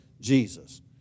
Jesus